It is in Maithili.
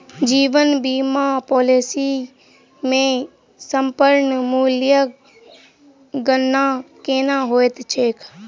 जीवन बीमा पॉलिसी मे समर्पण मूल्यक गणना केना होइत छैक?